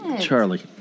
Charlie